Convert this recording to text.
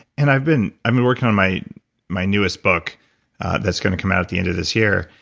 and i've been i've been working on my my newest book that's going to come out at the end of this year,